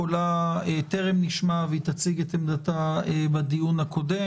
קולה טרם נשמע והיא תציג את עמדתה בדיון הבא,